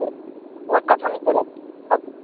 हा कथं चलति क